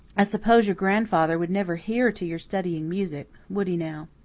i suppose your grandfather would never hear to your studying music would he now?